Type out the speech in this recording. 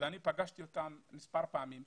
ואני פגשתי אותם מספר פעמים,